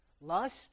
lust